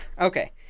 Okay